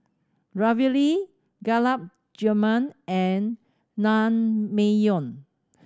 Ravioli Gulab Jamun and Naengmyeon